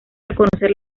reconocer